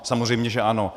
Samozřejmě že ano.